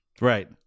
Right